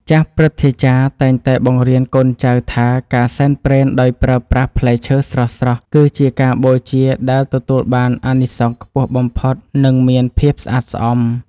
ចាស់ព្រឹទ្ធាចារ្យតែងតែបង្រៀនកូនចៅថា ការសែនព្រេនដោយប្រើប្រាស់ផ្លែឈើស្រស់ៗគឺជាការបូជាដែលទទួលបានអានិសង្សខ្ពស់បំផុត និងមានភាពស្អាតស្អំ។